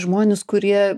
žmonės kurie